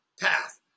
path